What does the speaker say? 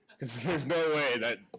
cause there's there's no way that.